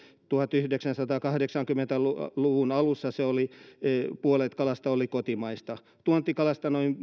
tuhatyhdeksänsataakahdeksankymmentä luvun alussa puolet kalasta oli kotimaista tuontikalasta noin